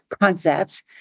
concept